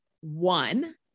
one